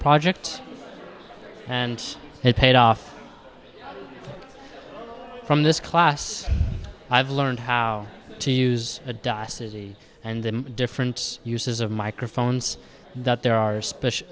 project and it paid off from this class i've learned how to use a diversity and the different uses of microphones that there are special